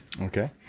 Okay